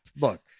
look